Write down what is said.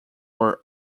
were